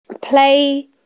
play